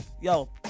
yo